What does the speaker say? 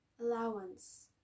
allowance